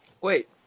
Wait